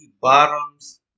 bottoms